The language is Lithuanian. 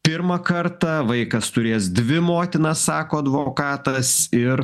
pirmą kartą vaikas turės dvi motinas sako advokatas ir